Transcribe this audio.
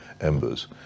embers